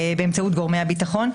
באמצעות גורמי הביטחון,